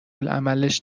العملش